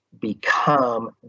become